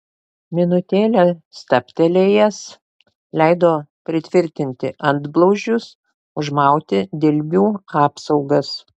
minutėlę stabtelėjęs leido pritvirtinti antblauzdžius užmauti dilbių apsaugas